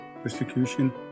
persecution